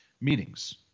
meetings